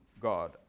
God